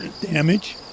damage